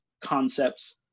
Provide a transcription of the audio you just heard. concepts